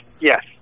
Yes